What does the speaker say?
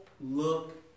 look